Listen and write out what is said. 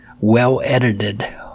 well-edited